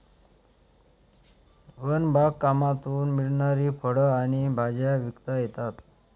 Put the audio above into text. one बागकामातून मिळणारी फळं आणि भाज्या विकता येतात